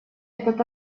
этот